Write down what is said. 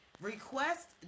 Request